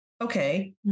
Okay